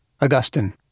Augustine